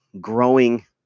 growing